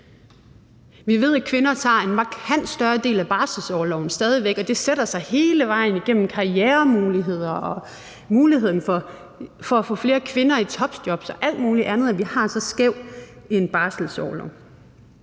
Vi ved, at kvinder tager en markant større del af barselsorloven stadig væk, og det sætter sig hele vejen igennem karrieremuligheder og muligheden for at få flere kvinder i topjobs og alt muligt andet, at vi har så skæv en barselsorlov.